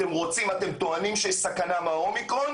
אתם טוענים שיש סכנה מהאומיקרון?